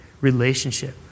relationship